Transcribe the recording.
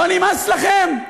לא נמאס לכם?